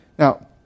Now